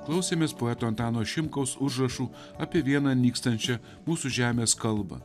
klausėmės poeto antano šimkaus užrašų apie vieną nykstančią mūsų žemės kalbą